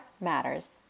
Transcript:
matters